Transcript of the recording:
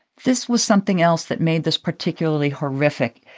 this was something else that made this particularly horrific.